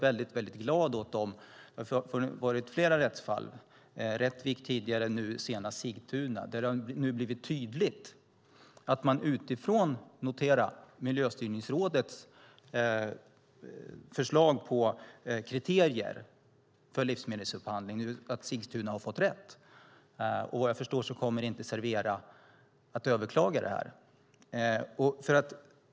Jag är glad att det finns flera rättsfall, tidigare i Rättvik och nu senast i Sigtuna, där det har blivit tydligt att exempelvis Sigtuna har fått rätt utifrån - notera - Miljöstyrningsrådets förslag på kriterier för livsmedelsupphandling. Vad jag förstår kommer inte Servera att överklaga.